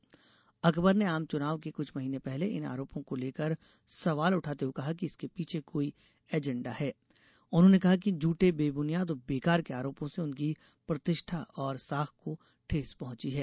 श्री अकबर आम चुनाव के कुछ महीने पहले इन आरोपों को लेकर सवाल उठाते हुए कहा कि इसके पीछे कोई एजेंडा हैं उन्होंने कहा कि इन झूठे बेबूनियाद और बेकार को आरोपों से उनकी प्रतिष्ठा और साख को ठेस पहुंची है